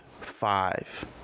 five